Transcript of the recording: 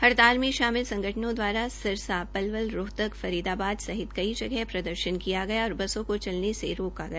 हड़ताल में शामिल संगठनों द्वारा सिरसा पलवल रोहतक फरीदाबाद सहित कई जगह प्रदर्शन किया गया और बसों को चलाने से रोका गया